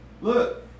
look